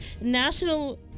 National